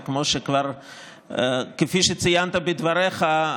כפי שציינת בדבריך,